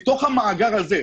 מתוך המאגר הזה,